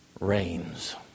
reigns